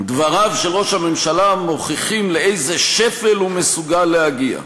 דבריו של ראש הממשלה מוכיחים לאיזה שפל הוא מסוגל להגיע,